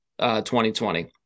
2020